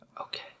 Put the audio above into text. Okay